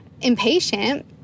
impatient